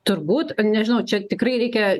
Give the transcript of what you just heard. turbūt nežinau čia tikrai reikia